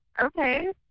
okay